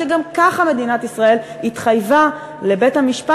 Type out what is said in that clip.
שגם ככה מדינת ישראל התחייבה לבית-המשפט